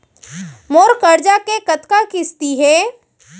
मोर करजा के कतका किस्ती हे?